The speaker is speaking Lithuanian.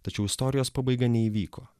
tačiau istorijos pabaiga neįvyko